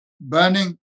burning